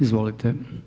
Izvolite.